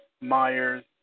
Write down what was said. Myers